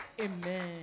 Amen